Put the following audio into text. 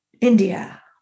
India